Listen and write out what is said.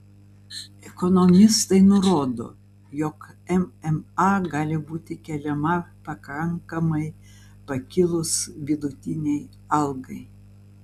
ekonomistai nurodo jog mma gali būti keliama pakankamai pakilus vidutinei algai